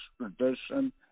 tradition